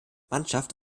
mannschaft